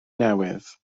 newydd